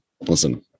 listen